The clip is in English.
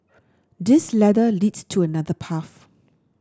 this ladder leads to another path